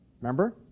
Remember